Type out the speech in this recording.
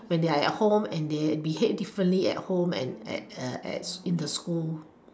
when they are at home and they behave differently at home and at at in the school